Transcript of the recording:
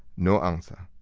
no answer.